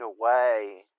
away